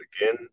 again